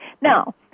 Now